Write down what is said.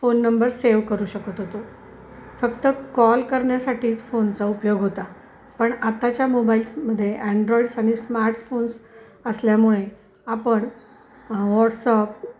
phone number save करू शकत होतो फक्त कॉल करण्यासाठीच फोनचा उपयोग होता पण आताच्या मोबाईल्समध्ये अँड्रॉईड्स आणि स्मार्ट्सफोन्स असल्यामुळे आपण वॉट्सअप